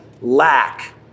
lack